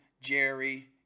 Jerry